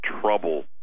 trouble